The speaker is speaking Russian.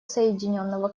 соединенного